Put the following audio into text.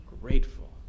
grateful